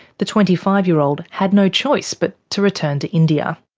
the twenty five year old had no choice but to return to india.